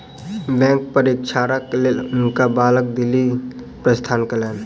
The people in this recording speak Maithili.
बैंक परीक्षाक लेल हुनका बालक दिल्ली प्रस्थान कयलैन